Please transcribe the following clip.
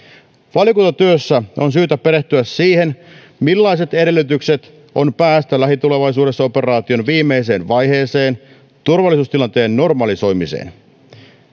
valiokuntatyössä on syytä perehtyä siihen millaiset edellytykset on päästä lähitulevaisuudessa operaation viimeiseen vaiheeseen turvallisuustilanteen normalisoimiseen